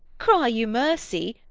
cry you mercy.